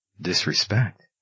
disrespect